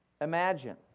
Imagine